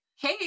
hey